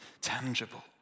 tangible